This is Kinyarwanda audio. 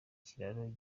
kiraro